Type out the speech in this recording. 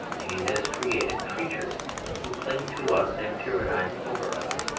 he has created, creatures who cling to us and tyrannise over us,